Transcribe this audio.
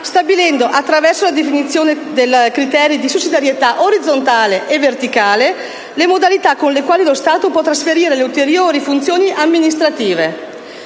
stabilendo, attraverso la definizione dei criteri di sussidiarietà orizzontale e verticale, le modalità con le quali lo Stato può trasferire le ulteriori funzioni amministrative.